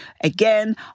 again